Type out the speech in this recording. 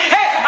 Hey